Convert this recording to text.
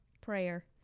prayer